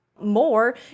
more